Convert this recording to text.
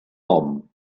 nom